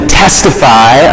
testify